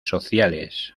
sociales